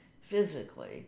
physically